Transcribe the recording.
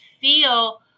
feel